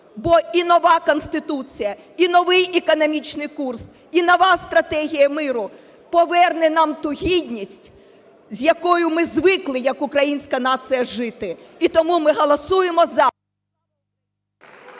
бо і нова Конституція, і новий економічний курс, і нова стратегія миру поверне нам ту гідність, з якою ми звикли, як українська нація, жити. І тому ми голосуємо за.